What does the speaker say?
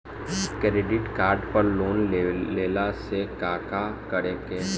Credit card पर loan लेला से का का करे क होइ?